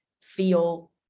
feel